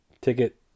ticket